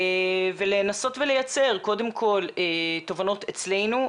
ולנסות ולייצר קודם כל תובנות אצלנו,